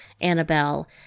Annabelle